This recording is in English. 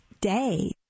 day